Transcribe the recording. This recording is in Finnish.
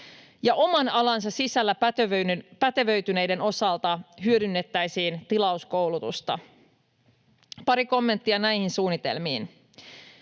ja oman alansa sisällä pätevöityneiden osalta hyödynnettäisiin tilauskoulutusta. Pari kommenttia näihin suunnitelmiin.